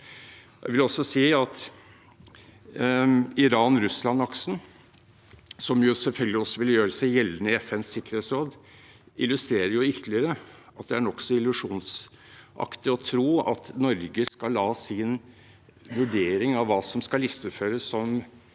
Jeg vil også si at Iran–Russland-aksen, som selvfølgelig også vil gjøre seg gjeldende i FNs sikkerhetsråd, illustrerer ytterligere at det er nokså illusjonsaktig å tro at Norges vurdering av hva som skal listeføres som